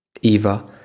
Eva